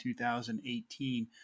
2018